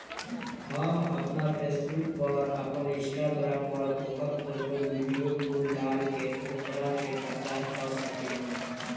हम आपना फेसबुक पर, आपन इंस्टाग्राम पर ओकर फोटो, वीडीओ कुल डाल के ओकरा के प्रचार कर सकेनी